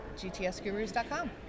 gtsgurus.com